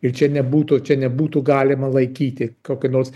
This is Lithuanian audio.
ir čia nebūtų čia nebūtų galima laikyti kokiu nors